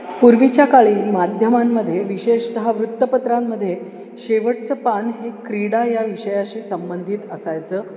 पूर्वीच्या काळी माध्यमांमध्ये विशेषतः वृत्तपत्रांमध्ये शेवटचं पान हे क्रीडा या विषयाशी संबंधित असायचं